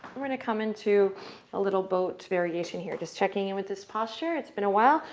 we're going to come into a little boat variation here, just checking in with this posture, it's been a while.